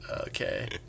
okay